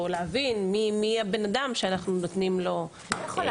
או הבנה של מיהו בן האדם שאנחנו נותנים לו.